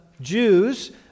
Jews